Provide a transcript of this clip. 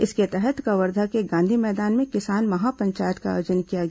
इसके तहत कवर्धा के गांधी मैदान में किसान महापंचायत का आयोजन किया गया